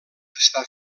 està